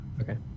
okay